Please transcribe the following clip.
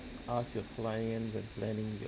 ask your client when planning the